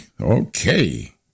okay